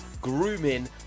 grooming